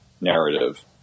narrative